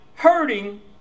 hurting